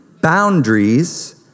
Boundaries